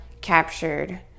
captured